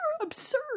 absurd